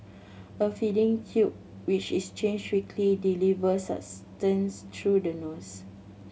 a feeding tube which is changed weekly delivers sustenance through the nose